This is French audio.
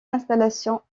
installations